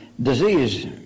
disease